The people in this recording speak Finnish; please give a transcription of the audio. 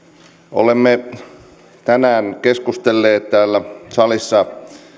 olemme tänään keskustelleet täällä salissa